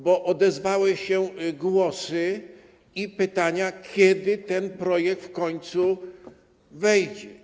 Bo odezwały się głosy i pytania, kiedy ten projekt w końcu wejdzie.